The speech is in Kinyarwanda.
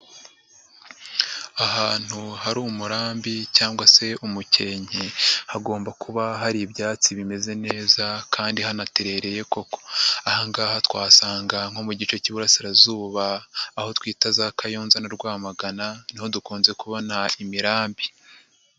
Ahantu hari umurambi cyangwa se umukenke. Hagomba kuba hari ibyatsi bimeze neza kandi hanaterereye koko. Aha ngaha twahasanga nko mu gice k'Iburasirazuba aho twita za Kayonza na Rwamagana, ni ho dukunze kubona imirambi.